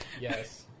Yes